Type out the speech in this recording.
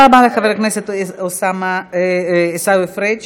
תודה רבה לחבר הכנסת עיסאווי פריג'.